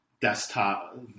desktop